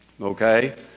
Okay